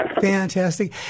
Fantastic